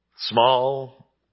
Small